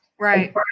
Right